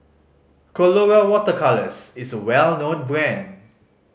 Colora Water Colours is a well known brand